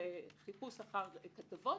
בחיפוש אחר כתבות,